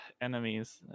enemies